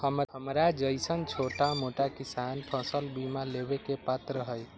हमरा जैईसन छोटा मोटा किसान फसल बीमा लेबे के पात्र हई?